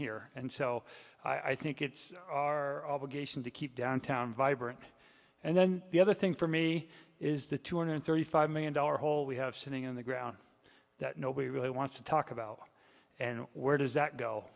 here and so i think it's our obligation to keep downtown vibrant and then the other thing for me is the two hundred thirty five million dollar hole we have sitting on the ground that nobody really wants to talk about and where does that go